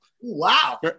Wow